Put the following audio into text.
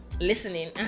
listening